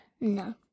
No